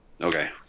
Okay